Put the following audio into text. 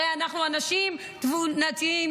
הרי אנחנו אנשים תבוניים,